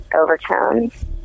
overtones